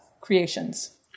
creations